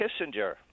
Kissinger